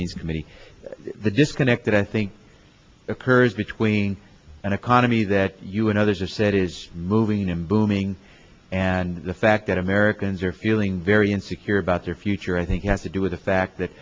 means committee the disconnect that i think occurs between an economy that you and others just said is moving in booming and the fact that americans are feeling very insecure about their future i think you have to do with the fact that